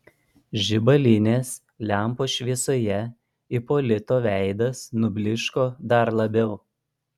žibalinės lempos šviesoje ipolito veidas nublyško dar labiau